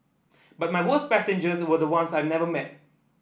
but my worst passengers were the ones I never met